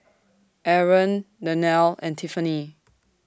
Aron Danielle and Tiffanie